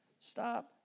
Stop